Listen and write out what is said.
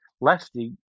Lefty